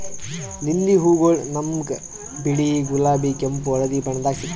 lily ಹೂವಗೊಳ್ ನಮ್ಗ್ ಬಿಳಿ, ಗುಲಾಬಿ, ಕೆಂಪ್, ಹಳದಿ ಬಣ್ಣದಾಗ್ ಸಿಗ್ತಾವ್